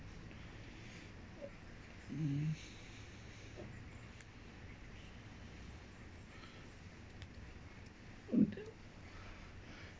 mm